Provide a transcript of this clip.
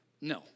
No